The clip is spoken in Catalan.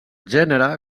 gènere